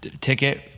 ticket